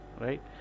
right